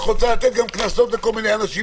רוצה גם להטיל קנסות על כל מיני אנשים.